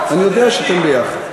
אני יודע שאתם ביחד.